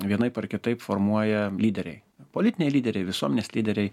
vienaip ar kitaip formuoja lyderiai politiniai lyderiai visuomenės lyderiai